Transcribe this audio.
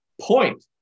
point